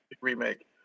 remake